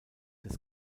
des